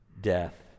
death